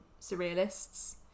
surrealists